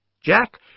Jack